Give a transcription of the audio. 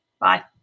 Bye